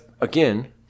again